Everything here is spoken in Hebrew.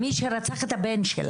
מי שרצח את הבן שלה.